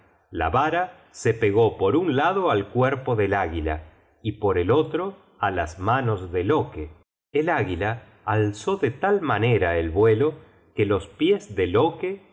la vara se pegó por un lado al cuerpo del águila y por el otro á las manos de loke el águila alzó de tal manera el vuelo que los pies de loke